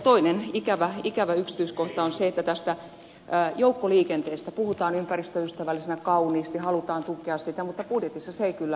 toinen ikävä yksityiskohta on se että tästä joukkoliikenteestä puhutaan ympäristöystävällisenä kauniisti halutaan tukea sitä mutta budjetissa se ei kyllä näy